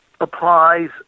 applies